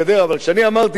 אבל כשאני אמרתי פה,